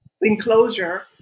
enclosure